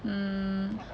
mm